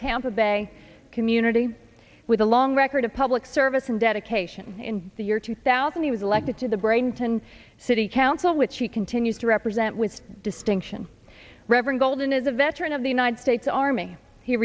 tampa bay community with a long record of public service and dedication in the year two thousand he was elected to the breynton city council which he continues to represent with distinction reverend golden is a veteran of the united states army he